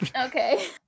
Okay